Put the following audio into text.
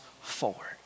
forward